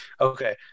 okay